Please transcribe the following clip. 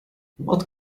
what